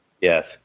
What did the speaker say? Yes